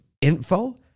info